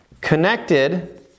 connected